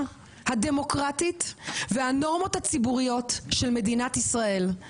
הדמוקרטית והנורמות הציבוריות של מדינת ישראל.